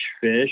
fish